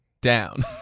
down